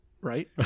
right